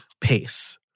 pace